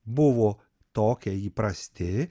buvo tokie įprasti